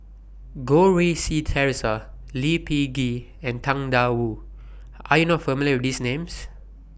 Goh Rui Si Theresa Lee Peh Gee and Tang DA Wu Are YOU not familiar with These Names